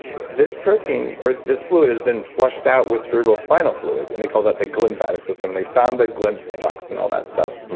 this protein or this fluid is then flushed out with cerebral spinal fluid, and they call that the glymphatic system. and they found the glymph ducts and all that stuff,